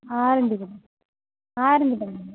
orange பழம் sir orange பழம் கொடுங்க